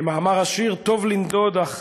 כמאמר השיר, "טוב לנדוד, אך